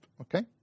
Okay